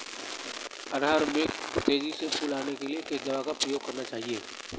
अरहर में तेजी से फूल आने के लिए किस दवा का प्रयोग किया जाना चाहिए?